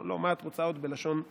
לא: מה את רוצה עוד, בלשון רכה,